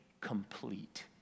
complete